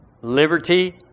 liberty